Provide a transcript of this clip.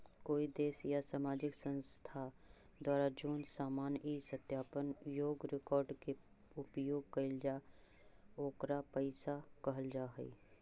कोई देश या सामाजिक संस्था द्वारा जोन सामान इ सत्यापन योग्य रिकॉर्ड के उपयोग कईल जा ओकरा पईसा कहल जा हई